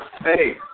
Hey